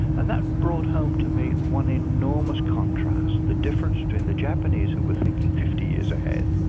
and that brought home to me one enormous contrast the difference between the japanese who were thinking fifty years ahead,